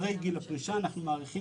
אחרי גיל הפרישה, אנחנו מאריכים